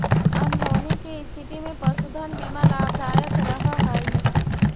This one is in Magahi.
अनहोनी के स्थिति में पशुधन बीमा लाभदायक रह हई